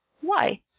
Why